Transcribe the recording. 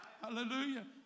Hallelujah